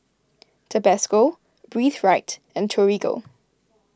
Tabasco Breathe Right and Torigo